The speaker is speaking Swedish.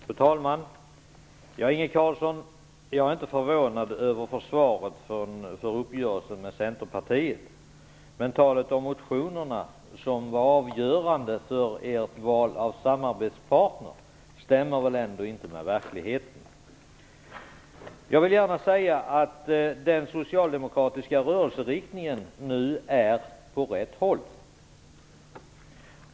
Fru talman! Inge Carlsson, jag är inte förvånad över försvaret av uppgörelsen med Centerpartiet. Men talet om motionerna, vilket var avgörande för ert val av samarbetspartner, stämmer väl ändå inte med verkligheten. Den socialdemokratiska rörelseriktningen är nu på rätt väg.